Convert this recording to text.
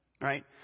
Right